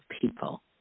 people